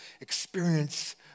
experience